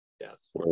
yes